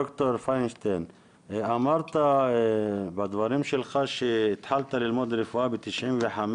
אמרת בדברים שלך שהתחלת ללמוד רפואה ב-1995,